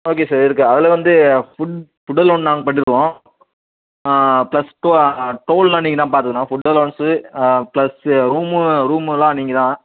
okay sir இருக்குது அதில் வந்து ஃபுட் ஃபுட் அலோவன் நாங்கள் பண்ணிவிடுவோம் ப்ளஸ் டோ டோலெல்லாம் நீங்கள் தான் பார்த்துக்கணும் ஃபுட் அலவன்ஸு ப்ளஸ்ஸு ரூமு ரூமுலாம் நீங்கள் தான்